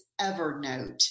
Evernote